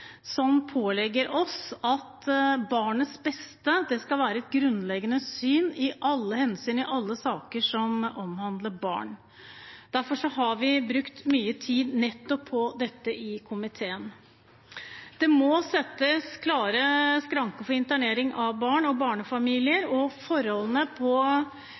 som pålegger oss at barnets beste skal være et grunnleggende hensyn i alle saker som omhandler barn. Derfor har vi brukt mye tid på dette i komiteen. Det må settes klare skranker for internering av barn og barnefamilier, og forholdene på